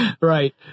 right